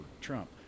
Trump